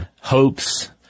hopes